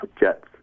jets